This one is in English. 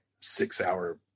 six-hour